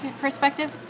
perspective